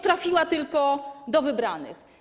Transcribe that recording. Trafiła tylko do wybranych.